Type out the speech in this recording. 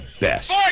best